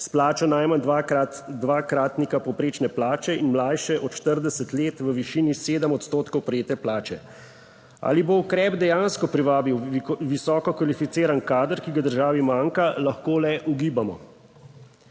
s plačo najmanj dvakratnika povprečne plače in mlajše od 40 let v višini 7 odstotkov prejete plače. Ali bo ukrep dejansko privabil visoko kvalificiran kader, ki ga državi manjka, lahko le ugibamo.